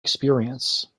experience